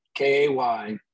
K-A-Y